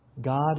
God